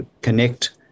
connect